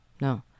no